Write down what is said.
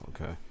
okay